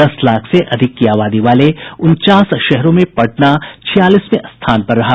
दस लाख से अधिक की आबादी वाले उनचास शहरों में पटना छियालीसवें स्थान पर रहा